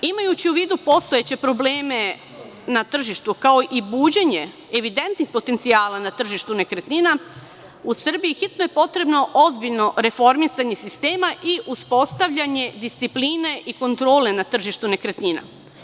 Imajući u vidu postojeće probleme na tržištu, kao i buđenje evidentnih potencijala na tržištu nekretnina u Srbiji, hitno je potrebno ozbiljno reformisanje sistema i uspostavljanje discipline i kontrole na tržištu nekretnina.